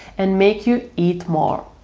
and make you eat more.